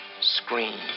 scream